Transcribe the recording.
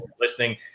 listening